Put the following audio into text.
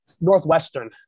Northwestern